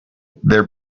their